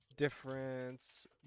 Difference